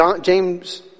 James